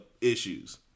issues